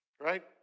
Right